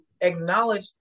acknowledge